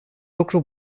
lucru